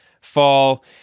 fall